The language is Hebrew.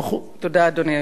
תודה, אדוני היושב-ראש.